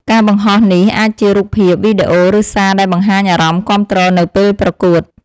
ការបង្ហោះនេះអាចជារូបភាព វីដេអូ ឬសារដែលបង្ហាញអារម្មណ៍គាំទ្រនៅពេលប្រកួត។